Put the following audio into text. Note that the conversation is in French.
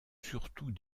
surtout